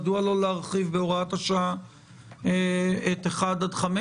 מדוע לא להרחיב בהוראת השעה את 1 עד 5?